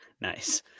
Nice